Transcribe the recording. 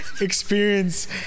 experience